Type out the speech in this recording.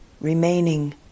remaining